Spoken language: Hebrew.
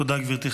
תודה, גברתי.